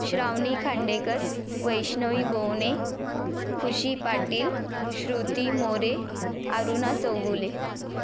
Shravani Khandekar Vaishnavi Bone Khushi Patil Shruti More Aruna Chougule